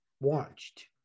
watched